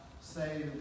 say